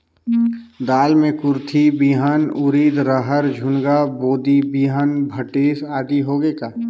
दाल मे कुरथी बिहान, उरीद, रहर, झुनगा, बोदी बिहान भटेस आदि होगे का?